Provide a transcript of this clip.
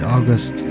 August